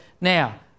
Now